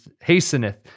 hasteneth